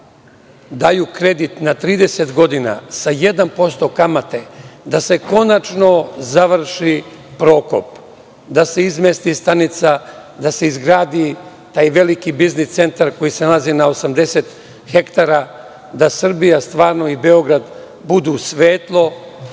daju kredit na 30 godina sa 1% kamate da se konačno završi „Prokop“, da se izmesti stanica, da se izgradi taj veliki biznis centar koji se nalazi na 80 hektara, da Srbija i Beograd stvarno budu svetlo